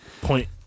Point